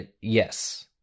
Yes